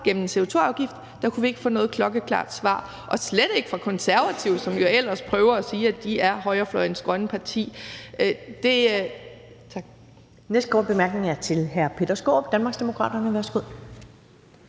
gennem CO2-afgiften, og der kunne vi ikke få noget klokkeklart svar, og slet ikke fra Konservative, som jo ellers prøver at fremstille sig selv som højrefløjens grønne parti.